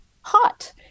hot